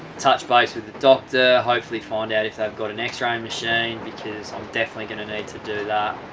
touch base with the doctor hopefully find out if they've got an x-ray machine because i'm definitely going to need to do that